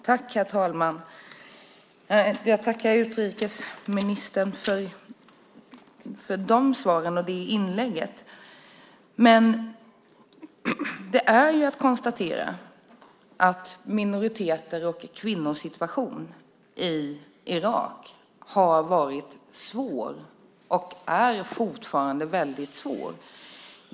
Herr talman! Jag tackar utrikesministern för dessa svar och för inlägget. Men det är att konstatera att minoriteters och kvinnors situation i Irak har varit och är fortfarande väldigt svår.